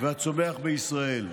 הצומח בישראל.